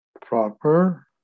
proper